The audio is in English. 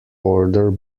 order